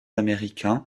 américains